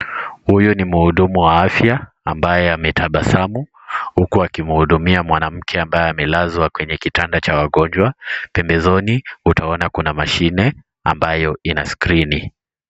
Huyu ni mhudumu wa afya. Ambaye ametabasamu huku akimhudumia mwanamke ambaye amelazwa kwenye kitanda cha wagonjwa. Pembezoni utaona kuna mashine ambayo ina skrini.